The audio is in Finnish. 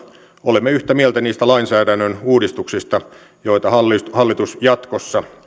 olemme yhtä mieltä niistä lainsäädännön uudistuksista joita hallitus hallitus jatkossa